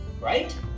right